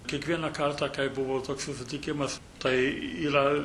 kiekvieną kartą kai buvo toks sutikimas tai yra